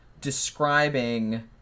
describing